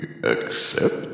Accept